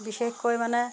বিশেষকৈ মানে